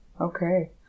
Okay